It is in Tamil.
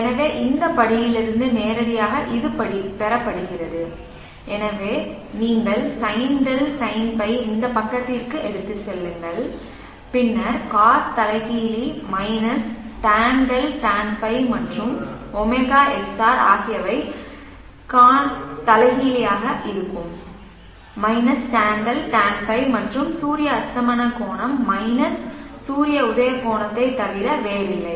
எனவே இந்த படியிலிருந்து நேரடியாக இது பெறப்படுகிறது எனவே நீங்கள் Sin 𝛿 Sinϕ இந்த பக்கத்திற்கு எடுத்துச் செல்லுங்கள் பின்னர் Cos தலைகீழ் Tan 𝛿 Tan ϕ மற்றும் ωsr ஆகியவை கான் தலைகீழாக இருக்கும் Tan δ Tan ϕ மற்றும் சூரிய அஸ்தமன கோணம் மைனஸ் சூரிய உதய கோணத்தைத் தவிர வேறில்லை